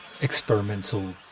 experimental